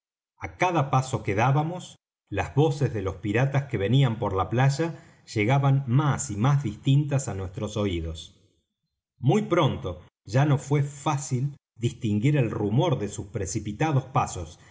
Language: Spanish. á cada paso que dábamos las voces de los piratas que venían por la playa llegaban más y más distintas á nuestros oídos muy pronto ya nos fué fácil distinguir el rumor de sus precipitados pasos